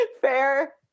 Fair